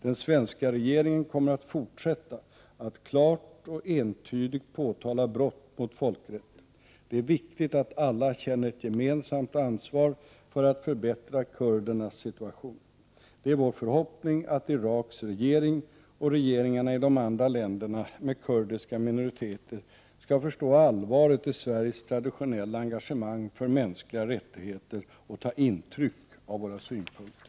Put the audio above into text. Den svenska regeringen kommer att fortsätta att klart och entydigt påtala brott mot folkrätten. Det är viktigt att alla känner ett gemensamt ansvar för att förbättra kurdernas situation. Det är vår förhoppning att Iraks regering, och regeringarna i de andra länderna med kurdiska minoriteter, skall förstå allvaret i Sveriges traditionella engagemang för mänskliga rättigheter och ta intryck av våra synpunkter.